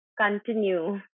continue